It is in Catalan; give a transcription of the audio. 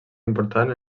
important